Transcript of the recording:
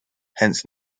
hence